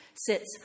sits